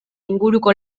inguruko